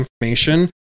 information